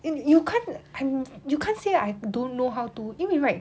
you you can't you can't say I don't know how to 因为 right